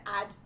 add